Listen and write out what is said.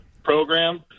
program